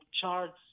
charts